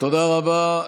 תודה רבה.